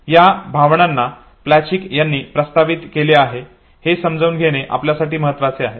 या भावनांना प्लचिक यांनी प्रस्तावित केले आहे हे समजून घेणे आपल्यासाठी महत्वाचे आहे